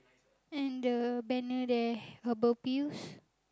and the banner there herbal pills